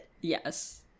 Yes